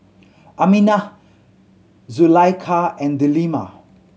Aminah Zulaikha and Delima